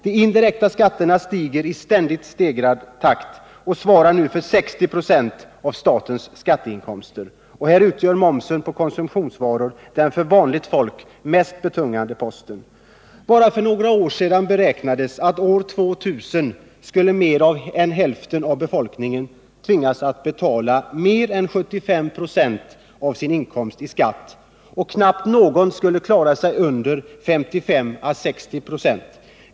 De indirekta skatterna stiger i ständigt stegrad takt och svarar nu för 60 96 av statens skatteinkomster. Och här utgör momsen på konsumtionsvaror den för vanligt folk mest betungande posten. Bara för några år sedan beräknades att år 2000 skulle mer än halva befolkningen tvingas betala mer än 75 96 av sin inkomst i skatt och att knappt någon skulle betala mindre än 55-60 96.